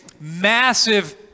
massive